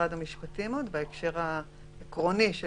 משרד המשפטים עוד צריך להסביר לנו את